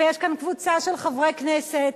ויש כאן קבוצה של חברי כנסת,